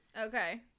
Okay